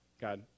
God